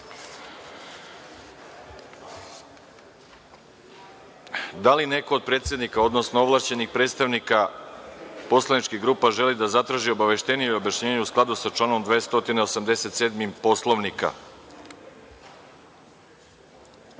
li neko od predsednika odnosno ovlašćenih predstavnika poslaničkih grupa želi da zatraži obaveštenje ili objašnjenje u skladu sa članom 287. Poslovnika? Reč